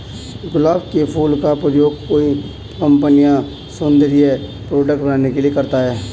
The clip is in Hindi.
गुलाब के फूल का प्रयोग कई कंपनिया सौन्दर्य प्रोडेक्ट बनाने के लिए करती है